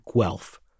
Guelph